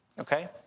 Okay